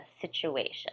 situation